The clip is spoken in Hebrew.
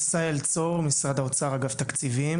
עשהאל צור, משרד האוצר, אגף תקציבים.